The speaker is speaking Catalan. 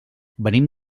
venim